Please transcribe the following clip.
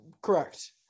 Correct